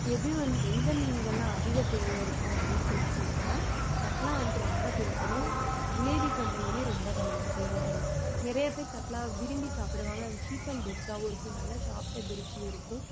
எது வந்து எந்த மீன்கள்லாம் அதிக தேவை இருக்கும் அப்படினு சொல்லி கேட்டோம்னா கட்லா வந்துட்டு ரொம்ப தேவைப்படும் ஜிலேபிகண்டையுமே ரொம்ப நம்மளுக்கு தேவைப்படும் நிறைய பேர் கட்லாவை விரும்பி சாப்பிடுவாங்க அண்ட் சீப் அண்ட் பெஸ்ட்டாகவும் இருக்கும் நல்ல சாப்பிட்ட திருப்தியும் இருக்கும்